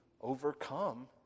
overcome